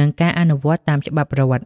និងការអនុវត្តតាមច្បាប់រដ្ឋ។